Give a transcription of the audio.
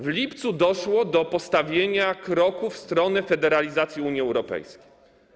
W lipcu doszło do postawienia kroku w stronę federalizacji Unii Europejskiej.